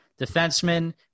defenseman